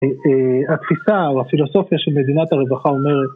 התפיסה או הפילוסופיה של מדינת הרווחה אומרת